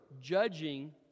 judging